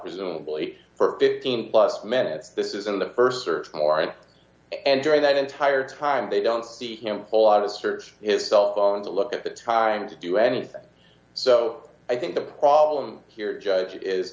presumably for fifteen plus minutes this isn't the st search morant and during that entire time they don't see him full out a search his cell phone to look at the time to do anything so i think the problem here judge is